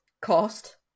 cost